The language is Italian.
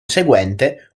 seguente